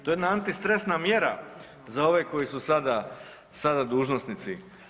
To je jedna antistresna mjera za ove koji su sada dužnosnici.